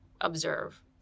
observe